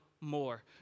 more